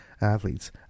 athletes